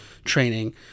training